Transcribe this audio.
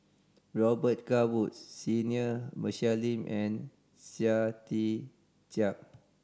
Robet Carr Woods Senior Michelle Lim and Chia Tee Chiak